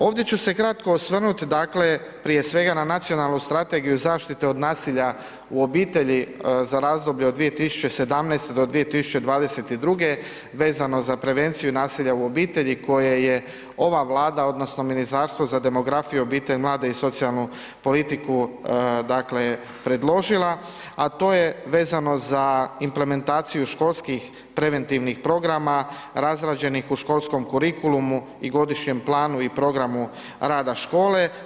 Ovdje ću se kratko osvrnut, dakle, prije svega na nacionalnu strategiju zaštite od nasilja u obitelji za razdoblje od 2017. do 2022. vezano za prevenciju nasilja u obitelji koje je ova Vlada odnosno Ministarstvo za demografiju, obitelj, mlade i socijalnu politiku, dakle, predložila, a to je vezano za implementaciju školskih preventivnih programa razrađenih u školskom kurikulumu i godišnjem planu i programu rada škole.